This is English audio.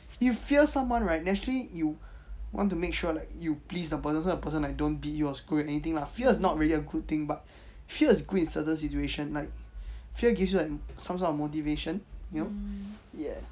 if you fear someone right naturally you want to make sure like you please the person so the person like don't be your scold or anything lah fear is not good really a good thing but sheer is good in certain situation like fear give you some sort of like motivation you know ya